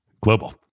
global